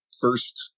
first